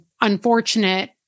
unfortunate